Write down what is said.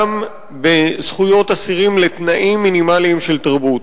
גם בזכויות אסירים לתנאים מינימליים של תרבות.